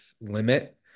limit